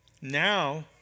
now